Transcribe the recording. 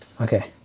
Okay